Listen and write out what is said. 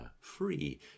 free